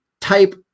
type